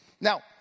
Now